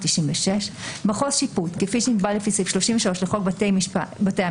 התשנ"ו-1996; ״מחוז שיפוט״ - כפי שנקבע לפי סעיף 33 לחוק בתי המשפט,